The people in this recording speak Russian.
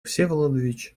всеволодович